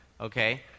okay